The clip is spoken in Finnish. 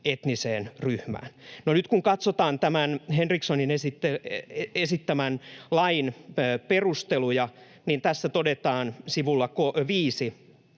etniseen ryhmään. No, nyt kun katsotaan tämän Henrikssonin esittämän lain perusteluja, niin tässä todetaan sivulla 5,